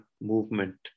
movement